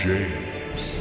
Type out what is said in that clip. James